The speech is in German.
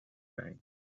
wein